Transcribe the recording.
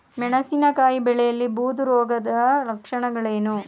ಮೆಣಸಿನಕಾಯಿ ಬೆಳೆಯಲ್ಲಿ ಬೂದು ರೋಗದ ಲಕ್ಷಣಗಳೇನು?